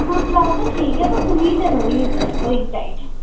हां प्लाजो ठीक ऐ अबा कमीज ऐ थोह्ड़ी होई दी टाइट